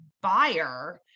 buyer